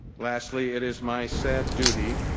lastly, it is my sad duty